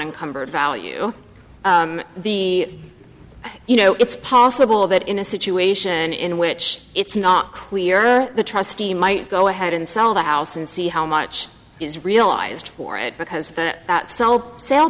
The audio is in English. encumbered value the you know it's possible that in a situation in which it's not clear the trustee might go ahead and sell the house and see how much is realized for it because that